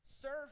Serve